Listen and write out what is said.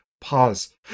pause